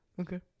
Okay